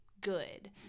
good